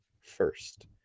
first